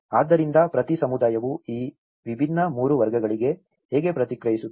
ಆದ್ದರಿಂದ ಪ್ರತಿ ಸಮುದಾಯವು ಈ ವಿಭಿನ್ನ 3 ವರ್ಗಗಳಿಗೆ ಹೇಗೆ ಪ್ರತಿಕ್ರಿಯಿಸುತ್ತದೆ